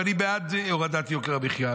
ואני בעד הורדת יוקר המחיה.